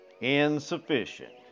insufficient